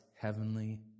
heavenly